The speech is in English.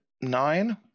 nine